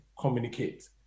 communicate